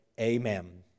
amen